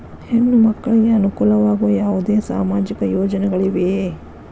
ಹೆಣ್ಣು ಮಕ್ಕಳಿಗೆ ಅನುಕೂಲವಾಗುವ ಯಾವುದೇ ಸಾಮಾಜಿಕ ಯೋಜನೆಗಳಿವೆಯೇ?